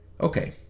Okay